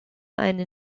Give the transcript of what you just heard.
eine